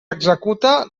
executa